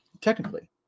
Technically